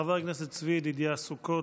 חבר הכנסת צבי ידידיה סוכות.